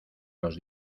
los